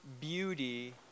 beauty